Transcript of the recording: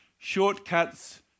Shortcuts